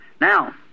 Now